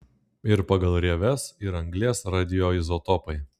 ir pagal rieves ir anglies radioizotopai